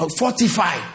fortify